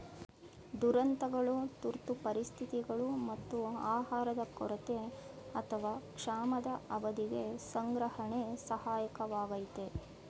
ದುರಂತಗಳು ತುರ್ತು ಪರಿಸ್ಥಿತಿಗಳು ಮತ್ತು ಆಹಾರದ ಕೊರತೆ ಅಥವಾ ಕ್ಷಾಮದ ಅವಧಿಗೆ ಸಂಗ್ರಹಣೆ ಸಹಾಯಕವಾಗಯ್ತೆ